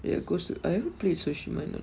ya of course I haven't played sushi man